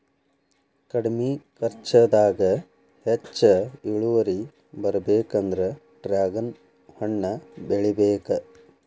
ಕಡ್ಮಿ ಕರ್ಚದಾಗ ಹೆಚ್ಚ ಇಳುವರಿ ಬರ್ಬೇಕಂದ್ರ ಡ್ರ್ಯಾಗನ್ ಹಣ್ಣ ಬೆಳಿಬೇಕ